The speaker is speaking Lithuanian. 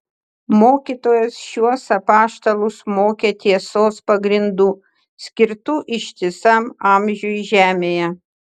mokytojas šiuos apaštalus mokė tiesos pagrindų skirtų ištisam amžiui žemėje